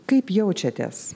kaip jaučiatės